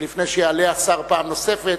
לפני שיעלה השר פעם נוספת,